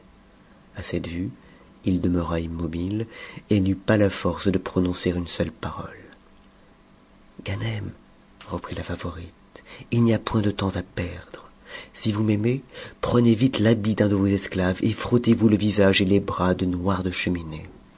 a cette vue il demeura immobile et n'eut pas la force de prononcer une seule parole a ganem reprit la favorite il n'y a point de temps à perdre si vous m'aimez prenez vite l'habit d'un de vos esclaves et frottez vous le visage et les bras de noir de cheminée